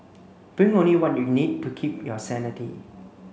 bring only what you need to keep your sanity